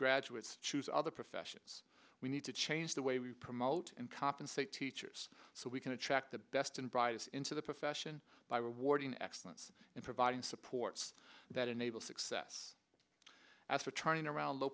graduates choose other professions we need to change the way we promote and compensate teachers so we can attract the best and brightest into the profession by rewarding excellence in providing supports that enable success as a turning around low